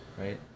right